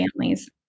families